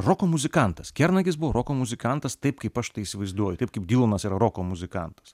roko muzikantas kernagis buvo roko muzikantas taip kaip aš tai įsivaizduoju taip kaip dylanas yra roko muzikantas